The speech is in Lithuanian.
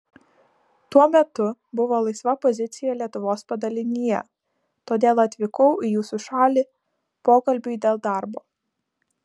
tuo metu buvo laisva pozicija lietuvos padalinyje todėl atvykau į jūsų šalį pokalbiui dėl darbo